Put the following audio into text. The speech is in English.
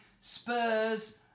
Spurs